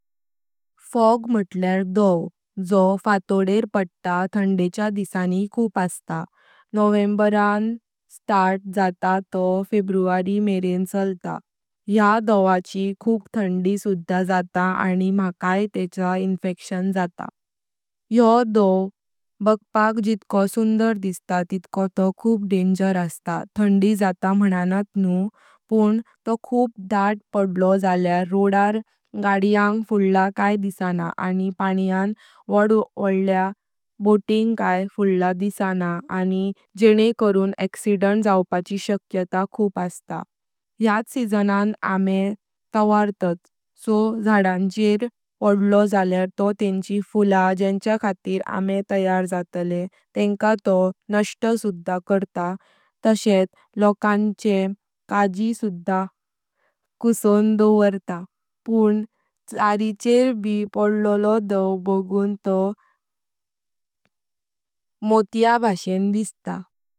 फोग मुठल्यार डोव जो फाटोदर पडता थान्देच्या दिसानी खूप आस्ता। नोवेबरण स्टार्ट जाता तोह फेब्रुवारी मेरें चालता। या डोवाची खूप थंडी सुधा जाता अनि मकाई तेचा इंफेक्शन जाता, योह डोव बागपाक जितको सुंदर दिसता तितकोट तोह खूप डान्जर आस्ता थांडी जाता मनांत न्हू पून तोह खूप दात। डलो जाळ्यार रोडार गाड्यां फूडला काया दिसणां अनि पाण्यांन वोडल्या वोडल्या बोटिंग काया फूडला दिसणां अनि जेनें करून अॅक्सिडेंट जाऊपाची शक्यता खूप आस्ता। यात सीझनां आम्हे तवर्तत सो झाडांछेर पडले काया तो तेन्ची फुला जेंच्या खातीर आम्हे तयार जाताले तेंका तो नष्ट सुधा करता ताशेट लोकांचे काजी सुधा कुशो डोवोरता। पून चारी चेर ब पडलो डोव बागुन तो मोतीया भाषान दिसता।